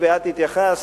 את התייחסת,